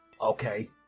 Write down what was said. Okay